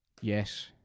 Yes